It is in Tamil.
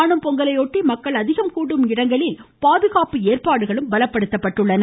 காணும் பொங்கலை ஒட்டி மக்கள் அதிகம் கூடும் இடங்களில் பாதுகாப்பு ஏற்பாடுகள் பலப்படுத்தப்பட்டுள்ளன